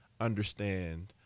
understand